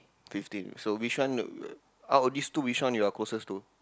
fifteen so which one out of this two which one you are closest to